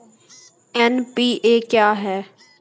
NPA क्या हैं?